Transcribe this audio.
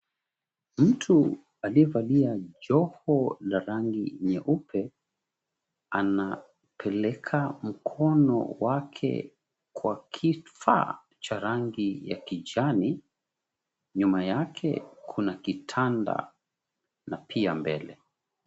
Mtu alievalia joho la rangi nyeupe anapeleka mkono wake kwa kifaa cha rangi ya kijani. Nyuma yake kuna kitanda na pia mbele.